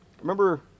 remember